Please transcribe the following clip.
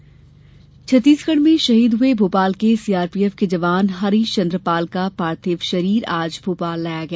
शहीद जवान छत्तीसगढ में शहीद हए भोपाल के सीआरपीएफ के जवान हरिशचन्द्र पाल का पार्थिव शरीर आज भोपाल लाया गया